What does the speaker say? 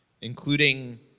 including